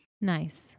Nice